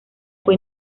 fue